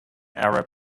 arab